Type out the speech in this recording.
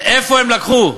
מאיפה הם לקחו?